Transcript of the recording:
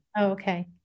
Okay